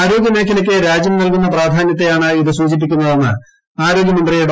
ആരോഗ്യമേഖലയ്ക്ക് രാജ്യം നൽകുന്ന പ്രാധാന്യത്തെയാണിത് സൂചിപ്പിക്കുന്നതെന്ന് ആരോഗൃമന്ത്രി ഡോ